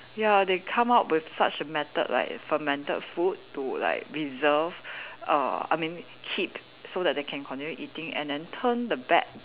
ya they come out with such a method like fermented food to like preserve err I mean keep so that they can continue eating and then turn the bad